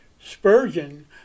Spurgeon